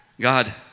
God